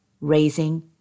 raising